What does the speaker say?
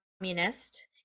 communist